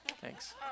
thanks